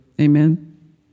Amen